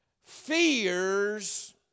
fears